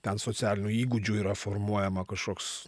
ten socialinių įgūdžių yra formuojama kažkoks